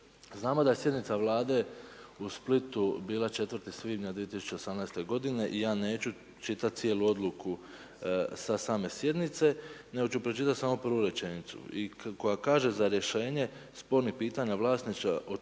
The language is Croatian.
Znamo da je sjednica vlade u Splitu bila 4. svibnja 2018. godine i ja neću čitat cijelu odluku sa same sjednice, nego ću pročitat samo prvu rečenicu koja kaže: Za rješenje spornih pitanja vlasništva,